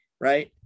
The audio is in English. right